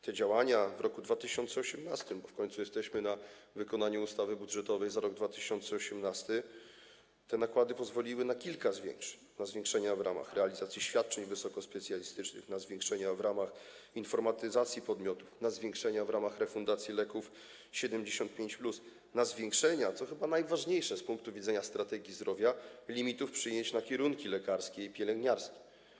Te działania w roku 2018, bo w końcu mówimy o wykonaniu ustawy budżetowej za rok 2018, te nakłady pozwoliły na kilka zwiększeń: na zwiększenia w ramach realizacji świadczeń wysokospecjalistycznych, na zwiększenia w ramach informatyzacji podmiotów, na zwiększenia w ramach refundacji leków 75+, na zwiększenia, co chyba najważniejsze z punktu widzenia strategii zdrowia, limitów przyjęć na kierunki lekarskie i pielęgniarskie.